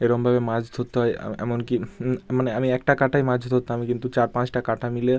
এরমভাবে মাছ ধরতে হয় এমন কি মানে আমি একটা কাঁটায় মাছ ধরতাম কিন্তু চার পাঁচটা কাঁটা মিলে